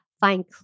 find